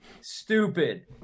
stupid